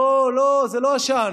לא, לא, זה לא עשן.